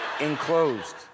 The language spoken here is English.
Enclosed